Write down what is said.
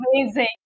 amazing